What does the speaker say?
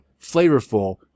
flavorful